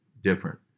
different